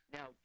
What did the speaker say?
Now